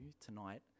tonight